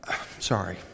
Sorry